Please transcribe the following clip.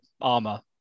armor